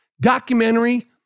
documentary